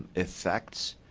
effects,